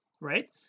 right